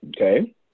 Okay